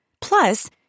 Plus